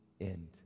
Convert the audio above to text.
end